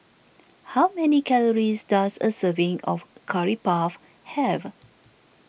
how many calories does a serving of Curry Puff have